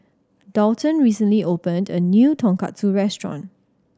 Daulton recently opened a new Tonkatsu Restaurant